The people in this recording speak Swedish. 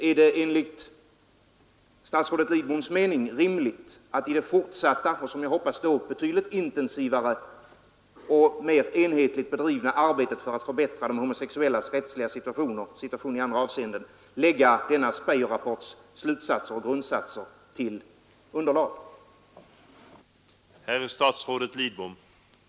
Är det enligt statsrådet Lidboms mening rimligt att i det fortsatta, och som jag hoppas betydligt intensivare och mer enhetligt bedrivna arbetet för att förbättra de homosexuellas rättsliga situation i olika avseenden, lägga Speijerrapportens slutsatser och grundsatser till underlag?